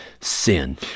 sin